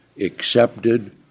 accepted